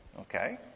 okay